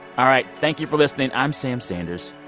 all right. thank you for listening. i'm sam sanders.